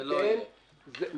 זה ייתן --- זה לא יהיה.